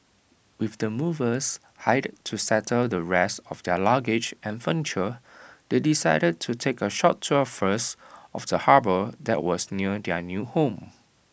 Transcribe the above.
with the movers hired to settle the rest of their luggage and furniture they decided to take A short tour first of the harbour that was near their new home